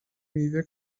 میوه